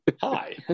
Hi